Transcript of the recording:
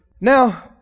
Now